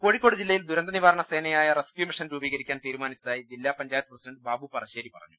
കോഴിക്കോട് ജില്ലയിൽ ദുരന്ത നിവാരണ സേനയായ റെസ്ക്യൂ മിഷൻ രൂപീകരിക്കാൻ തീരുമാനിച്ചതായി ജില്ലാപഞ്ചാ യത്ത് പ്രസിഡണ്ട് ബാബു പറശ്ശേരി പറഞ്ഞു